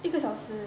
一个小时